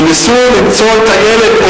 וניסו למצוא את הילד,